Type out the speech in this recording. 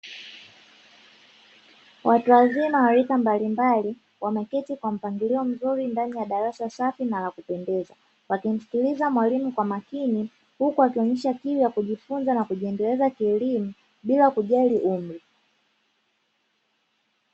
Watu wazima wa rika mbalimbali wameketi kwa mpangilio mzuri ndani ya darasa safi na la kupendeza, wakimsikiliza mwalimu kwa umakini huku wakionyesha kiu ya kujifunza na kujiendeleza kielimu bila kujali umri.